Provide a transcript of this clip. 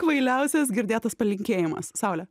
kvailiausias girdėtas palinkėjimas saulė